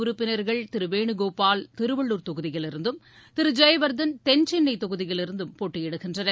உறுப்பினர்கள் திரு மக்களவை வேணகோபால் திருவள்ளுர் தொகுதியிலிருந்தம் திருஜெயவர்த்தன் தென் சென்னை தொகுதியிலிருந்தும் போட்டியிடுகின்றனர்